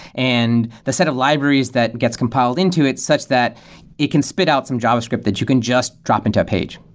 and the set of libraries that gets compiled into it, such that it can spit out some javascript that you can just drop into a page.